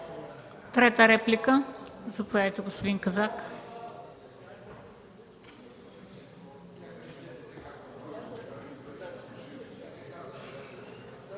Трета реплика – заповядайте, господин Казак.